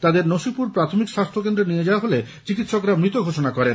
তাদের নসিপুর প্রাথমিক স্বাস্থ্যকেন্দ্রে নিয়ে যাওয়া হলে চিকিৎসকরা মৃত ঘোষণা করেন